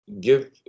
give